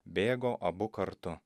bėgo abu kartu